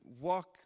walk